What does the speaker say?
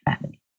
family